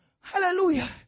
hallelujah